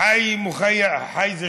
(אומר בערבית: